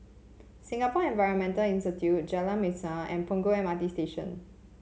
Singapore Environment Institute Jalan Masjid and Punggol M R T Station